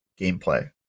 gameplay